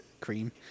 Cream